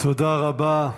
תודה רבה.